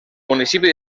municipi